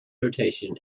rotation